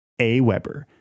AWeber